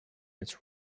its